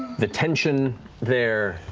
the tension there.